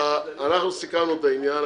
סיכמנו את העניין.